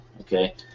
Okay